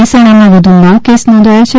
મહેસાણામાં વધુ નવ કેસ નોધાયા છે